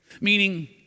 Meaning